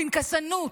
הפנקסנות,